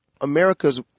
America's